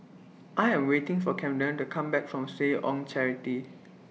I Am waiting For Camden to Come Back from Seh Ong Charity